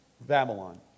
Babylon